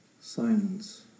silence